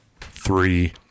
Three